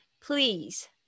Please